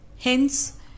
Hence